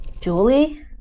Julie